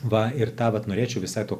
va ir tą vat norėčiau visai tuo